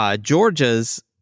Georgia's